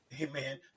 amen